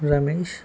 Ramesh